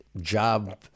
job